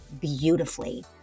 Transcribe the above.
beautifully